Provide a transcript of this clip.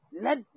let